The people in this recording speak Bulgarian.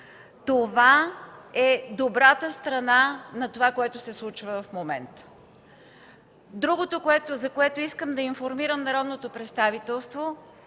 Това е добрата страна на случващото се в момента. Другото, за което искам да информирам народното представителство,